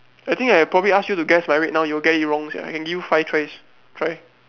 I think I probably ask you to guess my weight now you will get it wrong sia I can give you five tries try